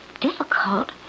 difficult